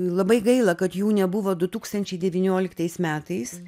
labai gaila kad jų nebuvo du tūkstančiai devynioliktas metais